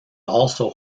also